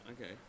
Okay